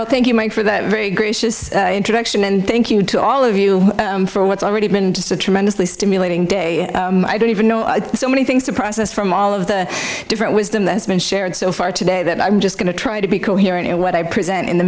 off thank you mike for that very gracious introduction and thank you to all of you for what's already been just a tremendously stimulating day i don't even know i think so many things to process from all of the different wisdom that's been shared so far today that i'm just going to try to be coherent and what i present in the